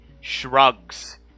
shrugs